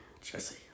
Jesse